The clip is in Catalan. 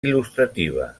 il·lustrativa